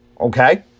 Okay